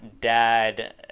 dad